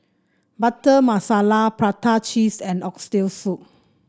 Butter Masala Prata Cheese and Oxtail Soup